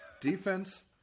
defense